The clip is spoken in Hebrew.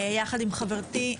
עם חברתי,